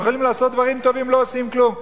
הם יכולים לעשות דברים טובים ולא עושים כלום.